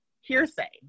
hearsay